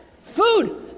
Food